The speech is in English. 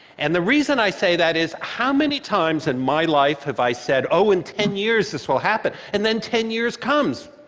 and the reason i say that is, how many times in and my life have i said, oh, in ten years, this will happen, and then ten years comes.